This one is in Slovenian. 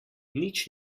nič